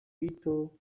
little